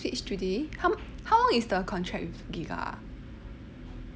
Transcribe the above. switch today how long is the contract with giga